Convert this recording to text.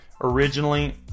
originally